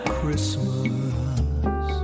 Christmas